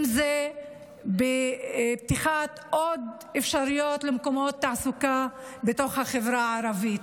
אם זה בפתיחת עוד אפשרויות למקומות תעסוקה בחברה הערבית.